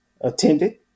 attended